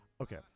Okay